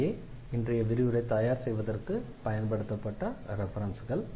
இவையே இன்றைய விரிவுரை தயார்செய்வதற்கு பயன்படுத்தப்பட்ட ரெஃபரென்ஸ்கள்